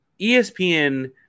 ESPN